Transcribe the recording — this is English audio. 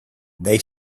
they